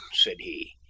said he.